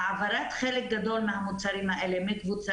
העברת חלק גדול מהמוצרים האלה מקבוצה